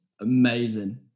amazing